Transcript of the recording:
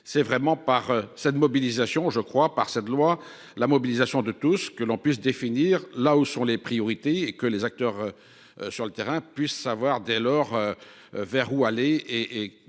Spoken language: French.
c'est vraiment par cette mobilisation. Je crois par cette loi. La mobilisation de tous, ce que l'on puisse définir là où sont les priorités et que les acteurs. Sur le terrain puissent savoir dès lors. Vers où aller et